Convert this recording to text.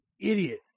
idiot